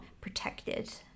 protected